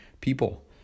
people